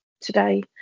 today